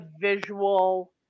visual